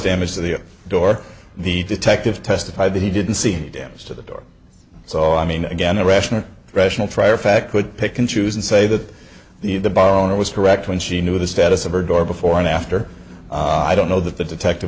damage to the door the detective testified that he didn't see damage to the door so i mean again a rational rational trier of fact could pick and choose and say that the the bar owner was correct when she knew the status of her daughter before and after i don't know that the detective